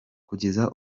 kugeza